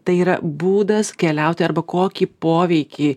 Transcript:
tai yra būdas keliauti arba kokį poveikį